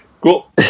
cool